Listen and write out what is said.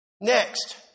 Next